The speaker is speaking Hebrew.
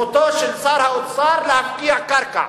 זכותו של שר האוצר להפקיע קרקע